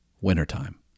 Wintertime